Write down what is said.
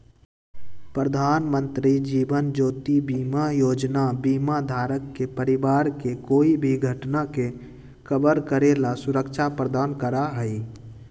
प्रधानमंत्री जीवन ज्योति बीमा योजना बीमा धारक के परिवार के कोई भी घटना के कवर करे ला सुरक्षा प्रदान करा हई